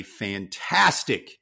fantastic